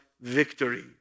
victory